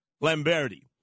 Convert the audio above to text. Lamberti